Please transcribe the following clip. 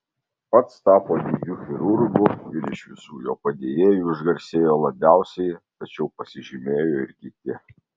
pats tapo didžiu chirurgu ir iš visų jo padėjėjų išgarsėjo labiausiai tačiau pasižymėjo ir kiti